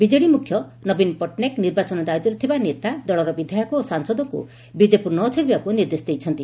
BJD ମୁଖ୍ୟ ନବୀନ ପଟ୍ଟନାୟକ ନିର୍ବାଚନ ଦାୟିତ୍ୱରେ ଥିବା ନେତା ଦଳର ବିଧାୟକ ଓ ସାଂସଦଙ୍କୁ ବିଜେପୁର ନ ଛାଡ଼ିବାକୁ ନିର୍ଦ୍ଦେଶ ଦେଇଛନ୍ତି